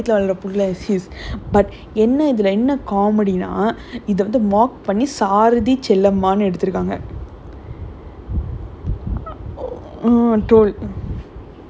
and she doesn't know about the the and the and bharathi doesn't know that அது அந்தமாரி வயித்துல வளர்ற புள்ள:athu anthamaari vayithula valarra pulla is she is but என்ன இதுல என்ன:enna ithula enna comedy இத வந்து:itha vanthu mock பண்ணி சாரதி செல்லம்மானு எடுத்துருக்காங்க:sarathi chellamma eduthurukkaanga